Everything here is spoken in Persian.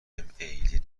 عیدی